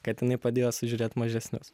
kad jinai padėjo sužiūrėt mažesnius